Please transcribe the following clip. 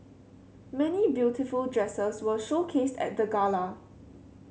many beautiful dresses were showcased at the gala